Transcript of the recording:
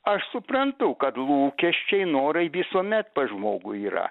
aš suprantu kad lūkesčiai norai visuomet pas žmogų yra